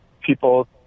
people